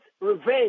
revenge